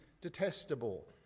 detestable